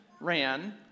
ran